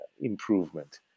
improvement